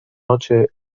noche